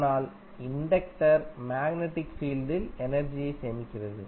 ஆனால் inductor magnetic ஃபீல்டில் எனர்ஜியைக் சேமிக்கிறது